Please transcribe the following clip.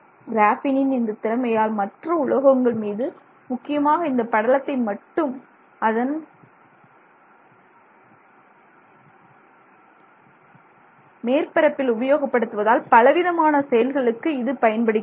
கிராஃபீனின் இந்த திறமையால் மற்ற உலோகங்கள் மீது முக்கியமாக இந்த படலத்தை மட்டும் அதன் மேற்பரப்பில் உபயோகப்படுத்துவதால் பலவிதமான செயல்களுக்கு இது பயன்படுகிறது